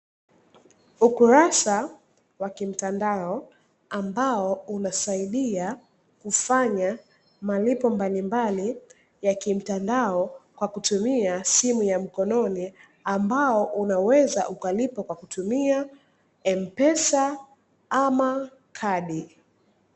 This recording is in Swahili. Ukurasa wa kimtandao ambao unasaidia kufanya malipo mbalimbali ya kimtandao kwa kutumia simu ya mkononi, ambao unaweza ukalipa kwa kutumia M-Pesa ama kadi.